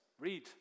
Read